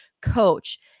coach